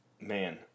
man